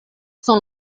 son